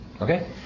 Okay